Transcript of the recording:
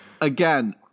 again